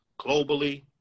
globally